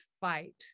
fight